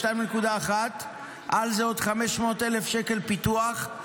על זה עוד 500,000 שקל פיתוח,